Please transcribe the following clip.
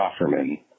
Offerman